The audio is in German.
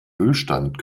ölstand